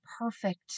perfect